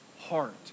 heart